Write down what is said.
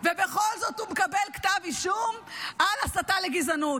ובכל זאת הוא מקבל כתב אישום על הסתה לגזענות.